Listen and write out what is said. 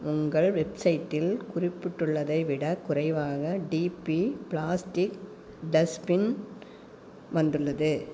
உங்கள் வெப்சைட்டில் குறிப்பிட்டுள்ளதை விடக் குறைவாக டிபி ப்ளாஸ்டிக் டஸ்பின் வந்துள்ளது